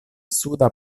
suda